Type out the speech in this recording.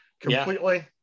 completely